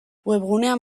webgunean